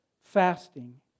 fasting